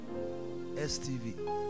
STV